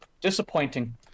Disappointing